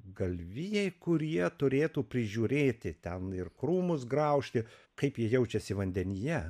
galvijai kurie turėtų prižiūrėti ten ir krūmus graužti kaip jie jaučiasi vandenyje